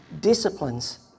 disciplines